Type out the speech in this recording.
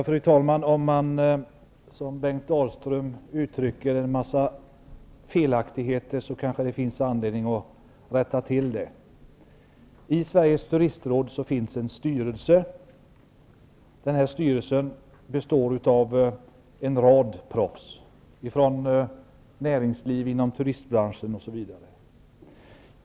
Fru talman! Om man som Bengt Dalström uttrycker en mängd felaktigheter kanske det finns anledning att rätta till dem. I Sveriges turistråd finns en styrelse. Denna styrelse består av en rad proffs från näringslivet, inom turistbranschen osv.